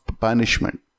punishment